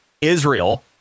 Israel